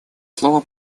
слово